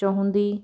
ਚਾਹੁੰਦੀ